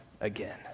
again